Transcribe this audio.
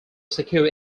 secure